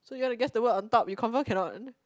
so you want to guess the word on top you confirm cannot